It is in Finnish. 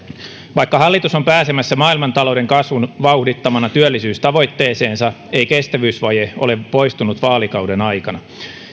vaikka hallitus on pääsemässä maailmantalouden kasvun vauhdittamana työllisyystavoitteeseensa ei kestävyysvaje ole poistunut vaalikauden aikana